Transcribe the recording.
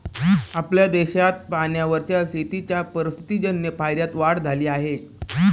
आपल्या देशात पाण्यावरच्या शेतीच्या परिस्थितीजन्य फायद्यात वाढ झाली आहे